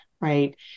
right